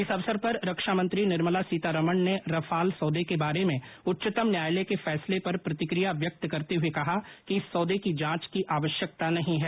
इस अवसर पर रक्षामंत्री निर्मला सीतारामन ने राफाल सौदे के बारे में उच्चतम न्यायालय के फैसले पर प्रतिकिया व्यक्त करते हुए कहा है कि इस सौदे की जांच की आवश्यकता नहीं है